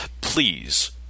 Please